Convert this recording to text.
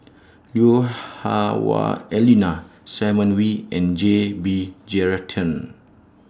Lui Hah Wah Elena Simon Wee and J B Jeyaretnam